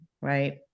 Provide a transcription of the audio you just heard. right